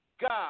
God